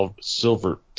Silver